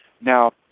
Now